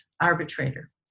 arbitrator